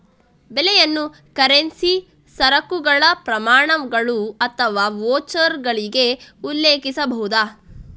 ಬೆಲೆಯನ್ನು ಕರೆನ್ಸಿ, ಸರಕುಗಳ ಪ್ರಮಾಣಗಳು ಅಥವಾ ವೋಚರ್ಗಳಿಗೆ ಉಲ್ಲೇಖಿಸಬಹುದು